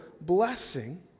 blessing